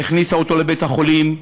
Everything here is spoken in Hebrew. והכניסה אותו לבית-החולים,